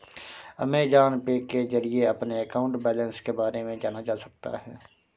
Amazon Pay के जरिए अपने अकाउंट बैलेंस के बारे में जाना जा सकता है